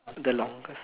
the longest